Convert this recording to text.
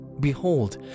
Behold